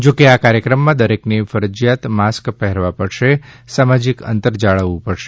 જો કે આ કાર્યક્રમોમાં દરેકને ફરજિયાત માસ્ક પહેરવા પડશે સામાજિક અંતર જાળવવું પડશે